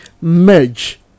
merge